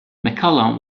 mccallum